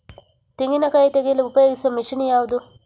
ತೆಂಗಿನಕಾಯಿ ತೆಗೆಯಲು ಉಪಯೋಗಿಸುವ ಮಷೀನ್ ಯಾವುದು?